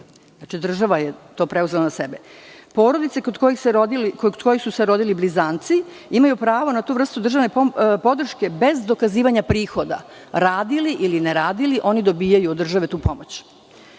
država je to preuzela na sebe. Porodice kod kojih su se rodili blizanci imaju pravo na tu vrstu državne podrške bez dokazivanja prihoda. Radili, ili ne radili, oni dobijaju od države tu pomoć. Zatim,